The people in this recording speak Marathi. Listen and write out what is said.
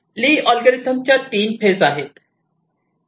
ली अल्गोरिदम च्या 3 फेज आहे